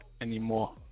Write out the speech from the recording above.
anymore